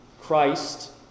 Christ